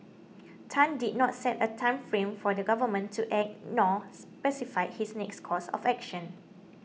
Tan did not set a time frame for the government to act nor specified his next course of action